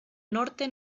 norte